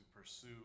pursue